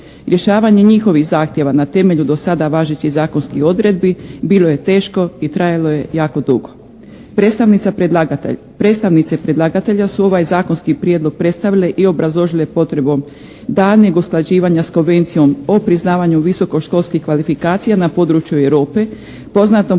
Rješavanje njihovih zahtjeva na temelju do sada važećih odredbi bilo je teško i trajalo je jako dugo. Predstavnica predlagatelj, predstavnici predlagatelja su ovaj zakonski prijedlog predstavile i obrazložile potrebom daljnjeg usklađivanja s konvencijom o priznavanju visokoškolskih kvalifikacija na području Europe poznatom